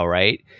right